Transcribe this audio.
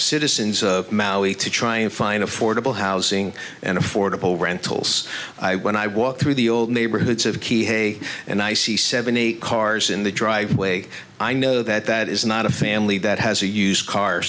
citizens of maui to try and find affordable housing and affordable rentals i when i walk through the old neighborhoods of key hay and i see seventy cars in the driveway i know that that is not a family that has a used car